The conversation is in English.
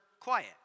quiet